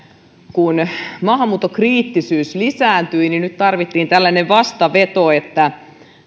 kun maahanmuuttokriittisyys lisääntyi niin nyt tarvittiin tällainen vastaveto että